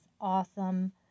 awesome